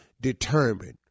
determined